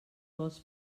vols